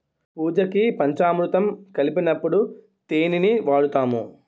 పూజకి పంచామురుతం కలిపినప్పుడు తేనిని వాడుతాము